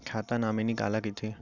खाता नॉमिनी काला कइथे?